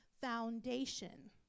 foundation